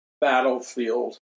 battlefield